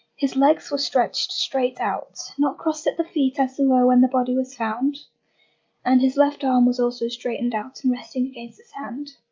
his legs were stretched straight out not crossed at the feet as they ah were when the body was found and his left arm was also straightened out and resting against the sand.